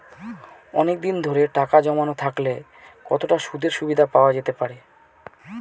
অনেকদিন ধরে টাকা জমানো থাকলে কতটা সুদের সুবিধে পাওয়া যেতে পারে?